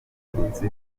n’abatutsi